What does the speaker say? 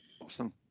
awesome